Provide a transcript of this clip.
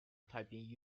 typing